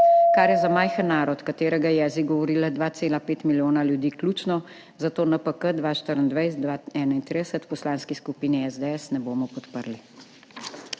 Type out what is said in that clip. kar je za majhen narod, katerega jezik govori le 2,5 milijona ljudi, ključno, Zato NPK 2024–2031 v Poslanski skupini SDS ne bomo podprli.